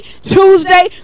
Tuesday